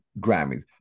Grammys